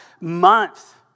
month